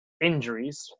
injuries